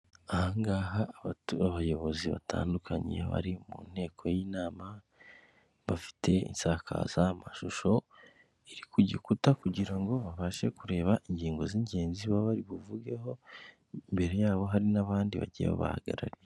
Aha ngaha abayobozi batandukanye bari mu nteko y'inama, bafite insakazamashusho iri ku gikuta kugira ngo babashe kureba ingingo z'ingenzi baba bari buvuzeho, imbere yabo hari n'abandi bagiye babahagarariye.